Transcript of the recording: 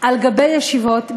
על גבי ישיבות,